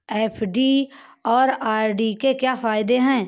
FD और RD के क्या फायदे हैं?